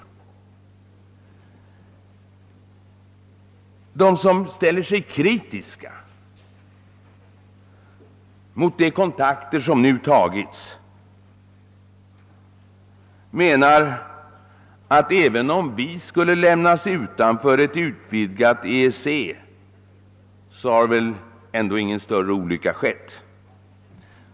De som ställer sig kritiska mot de kontakter som nu har tagits menar att även om vi skulle lämnas utanför ett utvidgat EEC har ingen större olycka skett.